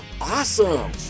awesome